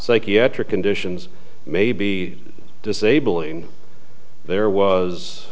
psychiatric conditions may be disabling there